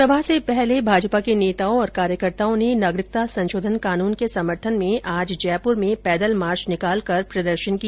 सभा से पहले भाजपा के नेताओं और कार्यकर्ताओं ने नागरिकता संशोधन कानून के समर्थन में आज जयपूर में पैदल मार्च निकालकर प्रदर्शन किया